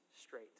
straight